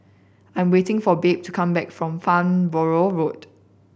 I am waiting for Babe to come back from Farnborough Road